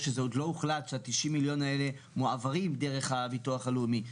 שה-90 מיליון האלה מועברים דרך הביטוח הלאומי.